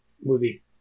movie